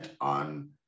on